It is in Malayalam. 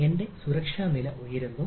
എന്റെ സുരക്ഷാ നില ഉയരുന്നു